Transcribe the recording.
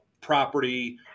property